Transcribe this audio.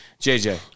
JJ